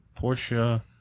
Porsche